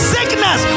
Sickness